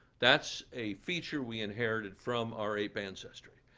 that's a feature we inherited from our ape ancestry.